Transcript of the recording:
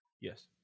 Yes